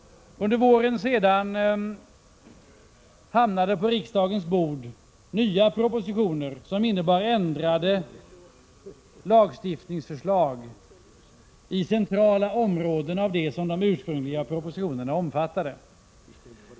Under våren hamnade på riksdagens bord nya propositioner som innebar ändrade lagförslag på centrala områden av det som den ursprungliga propositionen omfattade.